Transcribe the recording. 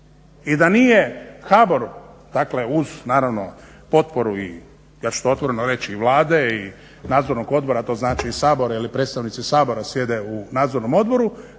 i da nije HBOR-u dakle uz naravno potporu ja ću to otvoreno reći i Vlade i nadzornog odbora a to znači i Sabora jel predstavnici Sabora sjede u nadzornom odboru